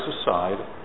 aside